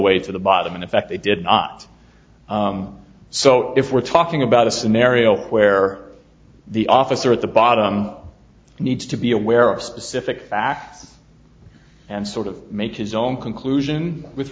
way to the bottom in effect they did not so if we're talking about a scenario where the officer at the bottom needs to be aware of specific facts and sort of make his own conclusion with